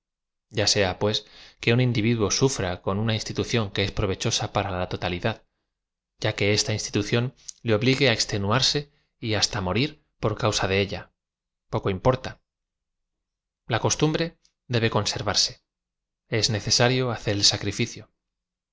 a aea pues que un individuo suñ'a cod una ínatitacíóq que es provechosa para la totali dad y a que ésta iostituclén le ohligae á extenuarse y hasta á morir por causa de ella poco importa la coa tambre debe conservarse es necesario hacer el sacri